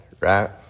right